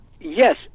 Yes